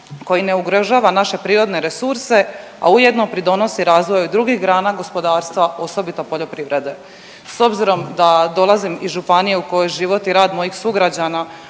koji ne ugrožava naše prirodne resurse, a ujedno pridonosi razvoju drugih grana gospodarstva, osobito poljoprivrede. S obzirom da dolazim iz županije u kojoj život i rad mojih sugrađana